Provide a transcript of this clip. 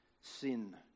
sin